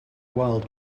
world